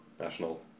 national